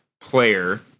player